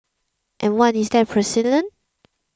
and what is that precedent